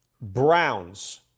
Browns